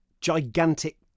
gigantic